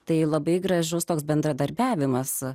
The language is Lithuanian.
tai labai gražus toks bendradarbiavimas